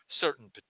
certain